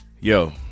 yo